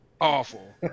Awful